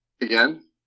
Again